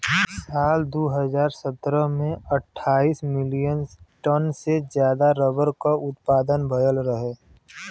साल दू हज़ार सत्रह में अट्ठाईस मिलियन टन से जादा रबर क उत्पदान भयल रहे